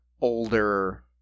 older